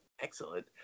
Excellent